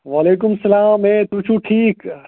وعلیکم السلام ہے تُہۍ چھُو ٹھیٖک